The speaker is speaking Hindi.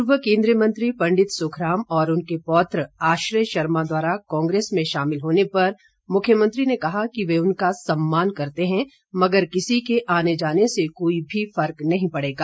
पूर्व केन्द्रीय मंत्री पंडित सुखराम और उनके पौत्र आश्रय शर्मा द्वारा कांग्रेस में शामिल होने पर मुख्यमंत्री ने कहा कि वे उनका सम्मान करते हैं मगर किसी के आने जाने से कोई भी फर्क नहीं पड़ेगा